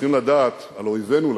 צריכים לדעת, על אויבינו לדעת,